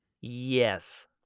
Yes